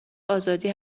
آزادی